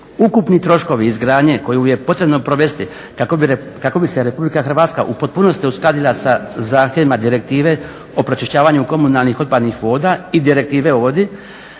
Ukupni troškovi izgradnje koju je potrebno provesti kako bi se RH u potpunosti uskladila sa zahtjevima Direktiva o pročišćavanju komunalnih otpadnih voda i direktive o vodi